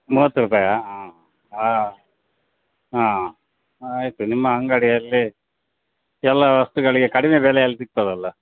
ಮೂವತ್ತು ರೂಪಾಯಿಯ ಹಾಂ ಹಾಂ ಹಾಂ ಆಯಿತು ನಿಮ್ಮ ಅಂಗಡಿಯಲ್ಲಿ ಎಲ್ಲ ವಸ್ತುಗಳಿಗೆ ಕಡಿಮೆ ಬೆಲೆಯಲ್ಲಿ ಸಿಗ್ತದೆ ಅಲ್ಲ